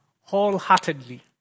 wholeheartedly